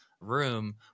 room